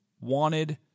wanted